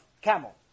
camel